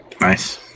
Nice